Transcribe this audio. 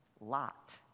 Lot